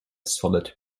solid